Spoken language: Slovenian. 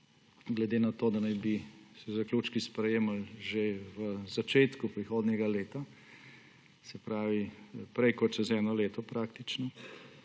glede na to, da naj bi se zaključki sprejemali že v začetku prihodnjega leta, se pravi prej kot čez eno leto ali